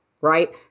right